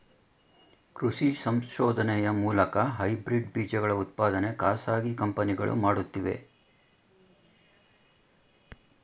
ಕೃಷಿ ಸಂಶೋಧನೆಯ ಮೂಲಕ ಹೈಬ್ರಿಡ್ ಬೀಜಗಳ ಉತ್ಪಾದನೆ ಖಾಸಗಿ ಕಂಪನಿಗಳು ಮಾಡುತ್ತಿವೆ